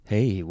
Hey